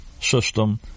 system